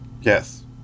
Yes